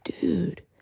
dude